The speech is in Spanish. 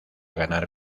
ganar